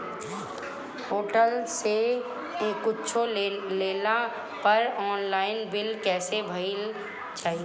Hotel से कुच्छो लेला पर आनलाइन बिल कैसे भेजल जाइ?